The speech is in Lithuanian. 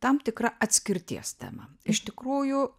tam tikra atskirties tema iš tikrųjų